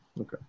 okay